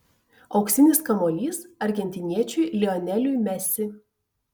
auksinis kamuolys argentiniečiui lioneliui messi